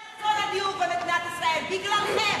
זה אסון הדיור במדינת ישראל בגללכם.